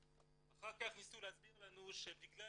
אחר כך ניסו להסביר לנו שבגלל